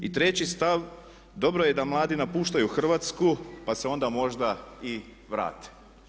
I treći stav dobro je da mladi napuštaju Hrvatsku pa se onda možda i vrate.